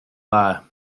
dda